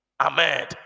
Amen